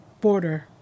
border